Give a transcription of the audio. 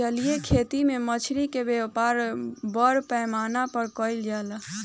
जलीय खेती में मछली के व्यापार बड़ पैमाना पर कईल जाला